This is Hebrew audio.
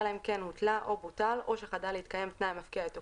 אלא אם כן הותלה או בוטל או שחדל להתקיים תנאי המפקיע את תוקפו,